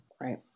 Right